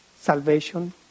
salvation